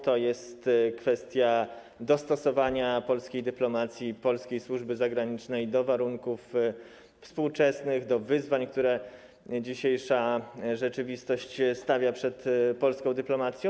To jest kwestia dostosowania polskiej dyplomacji i polskiej służby zagranicznej do warunków współczesnych, do wyzwań, które dzisiejsza rzeczywistość stawia przed polską dyplomacją.